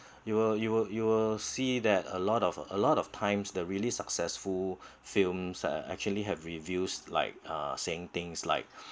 you will you will you will see that a lot of a lot of times the really successful films are actually have reviews like uh saying things like